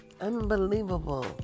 unbelievable